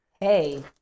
Hey